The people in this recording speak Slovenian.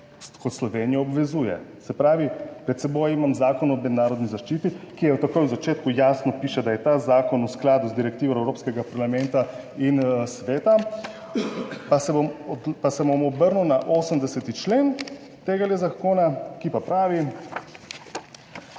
kot Slovenija obvezuje. Se pravi, pred seboj imam Zakon o mednarodni zaščiti, kjer takoj v začetku jasno piše, da je ta zakon v skladu z direktivo Evropskega parlamenta in Sveta, pa se bom, pa se bom obrnil na 80. člen tega zakona, ki pa pravi...